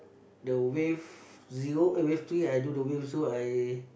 the wave zero eh wave three I do the wave also I